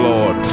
Lord